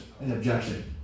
objection